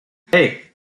hey